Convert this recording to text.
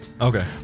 Okay